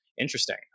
interesting